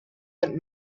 that